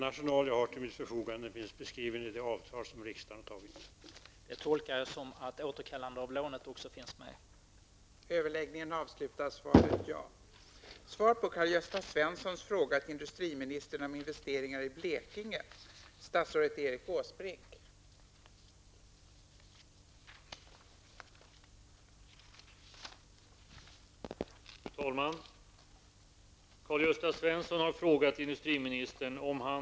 Den arsenal som jag har till mitt förfogande finns beskrivet i det avtal som staten har träffat.